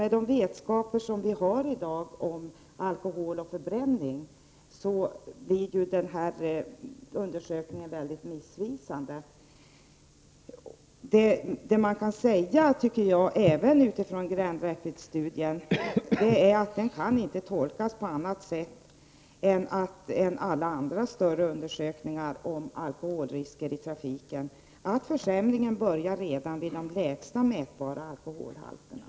Med den vetskap som vi i dag har om alkoholen och om förbränningen i kroppen blir således den här studien väldigt missvisande. Det man kan säga om Grand Rapids-studien är att den inte kan tolkas på annat sätt än alla andra större undersökningar om alkoholrisker i trafiken, dvs. att försämringen börjar redan vid de lägsta mätbara alkoholhalterna.